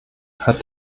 hat